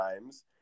times